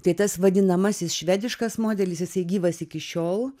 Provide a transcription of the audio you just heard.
tai tas vadinamasis švediškas modelis jisai gyvas iki šiol